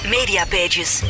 Mediapages